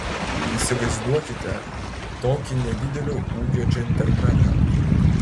įsivaizduokite tokį nedidelio ūgio džentelmeną